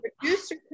producer